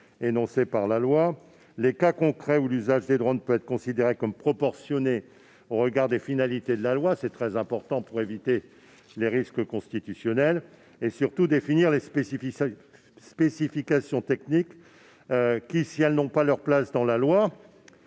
énoncées par la loi, les cas concrets où l'usage des drones peut être considéré comme proportionné au regard des finalités autorisées par la loi- c'est très important pour éviter les risques constitutionnels -, et surtout de définir les spécifications techniques qui, si elles n'ont pas leur place dans la loi,